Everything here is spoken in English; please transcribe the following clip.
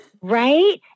Right